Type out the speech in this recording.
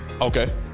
Okay